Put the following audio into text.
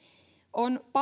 on